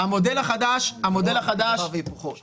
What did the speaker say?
זה לא דבר והיפוכו.